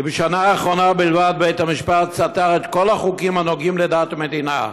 כי בשנה האחרונה בלבד בית המשפט סתר את כל החוקים הנוגעים בדת ומדינה: